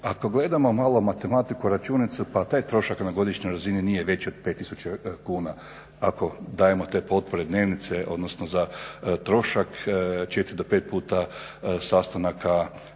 ako gledamo malo matematiku i računicu pa taj trošak na godišnjoj razini nije veći od 5000 kuna ako dajemo te potpore, dnevnice odnosno za trošak 4 do 5 puta sastanaka